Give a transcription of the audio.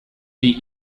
die